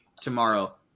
tomorrow